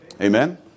Amen